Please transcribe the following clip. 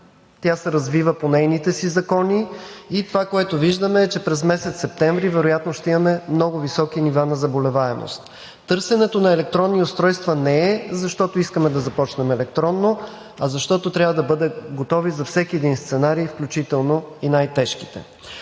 се развива по нейните си закони и това, което виждаме, е, че през месец септември вероятно ще имаме много високи нива на заболеваемост. Търсенето на електронни устройства не е защото искаме да започнем електронно, а защото трябва да бъдем готови за всеки един сценарий, включително и най-тежките.